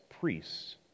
priests